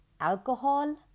alcohol